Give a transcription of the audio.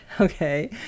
okay